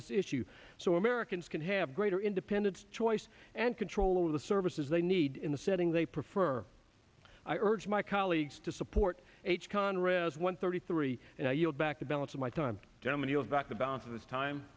this issue so americans can have greater independence choice and control of the services they need in the setting they prefer i urge my colleagues to support h conrads one thirty three and i yield back the balance of my time gentleman yield back the balance of this time